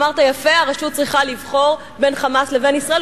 אמרת יפה: הרשות צריכה לבחור בין "חמאס" לבין ישראל.